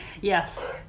Yes